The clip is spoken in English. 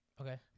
Okay